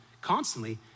constantly